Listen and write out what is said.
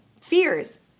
Fears